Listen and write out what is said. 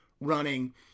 running